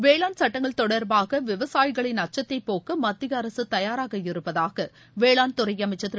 வேளாண் சட்டங்கள் தொடர்பாக விவசாயிகளின் அச்சத்தைப் போக்க மத்திய அரசு தயாராக இருப்பதாக வேளாண் துறை அமைச்சர் திரு